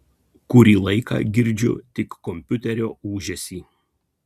kurį laiką girdžiu tik kompiuterio ūžesį